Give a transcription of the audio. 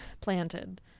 planted